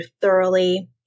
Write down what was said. thoroughly